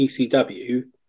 ECW